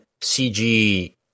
CG